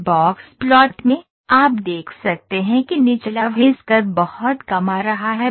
इस box plot में आप देख सकते हैं कि निचला व्हिस्कर बहुत कम आ रहा है